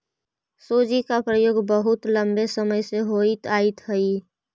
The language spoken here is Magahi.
सूजी का प्रयोग बहुत लंबे समय से होइत आयित हई